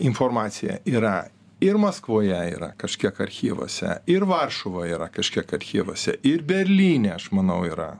informacija yra ir maskvoje yra kažkiek archyvuose ir varšuvoj yra kažkiek archyvuose ir berlyne aš manau yra